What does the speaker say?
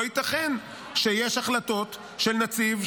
לא ייתכן שיש החלטות של נציב,